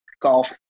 golf